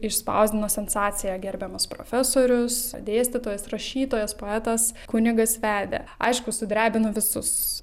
išspausdino sensaciją gerbiamas profesorius dėstytojas rašytojas poetas kunigas vedė aišku sudrebino visus